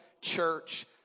church